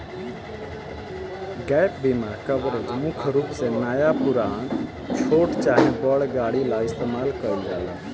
gap बीमा coverage मुख्य रूप से नया पुरान, छोट चाहे बड़ गाड़ी ला इस्तमाल कईल जाला